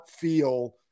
feel